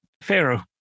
pharaoh